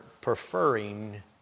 preferring